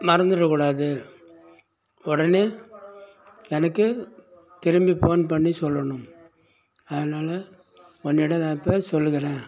மறந்துட கூடாது உடனே எனக்கு திரும்பி ஃபோன் பண்ணி சொல்லணும் அதனால உன்னிடம் நான் இப்போ சொல்கிறேன்